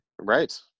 Right